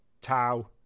Tau